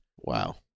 Wow